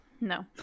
No